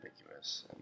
ambiguous